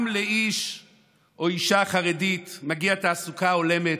גם לאיש או אישה חרדיים מגיעה תעסוקה הולמת,